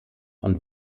und